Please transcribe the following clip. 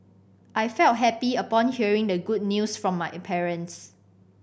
I felt happy upon hearing the good news from my parents